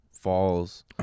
falls